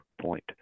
point